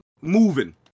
moving